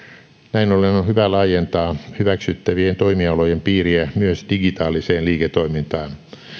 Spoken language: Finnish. ollen on hyvä laajentaa hyväksyttävien toimialojen piiriä myös digitaaliseen liiketoimintaan